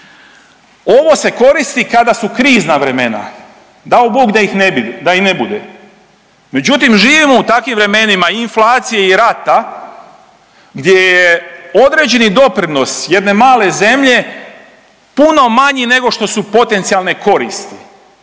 Ovo se koristi kada su krizna vremena, dao Bog da ih ne bude. Međutim, živimo u takvim vremenima inflacije i rata gdje je određeni doprinos jedne male zemlje puno manji nego što su potencijalne koristi.